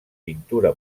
pintura